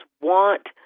want